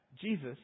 Jesus